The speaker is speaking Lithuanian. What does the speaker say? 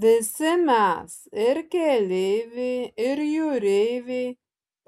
visi mes ir keleiviai ir jūreiviai